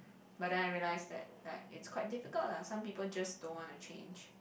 but then I realise that like is quite difficult lah some people just don't want to change